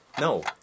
No